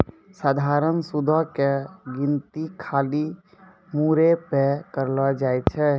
सधारण सूदो के गिनती खाली मूरे पे करलो जाय छै